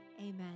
Amen